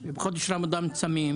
ובחודש רמדאן צמים.